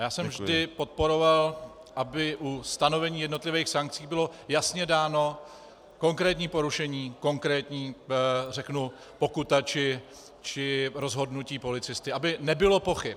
Já jsem vždy podporoval, aby u stanovení jednotlivých sankcí bylo jasně dáno konkrétní porušení, konkrétní, řeknu, pokuta či rozhodnutí policisty, aby nebylo pochyb.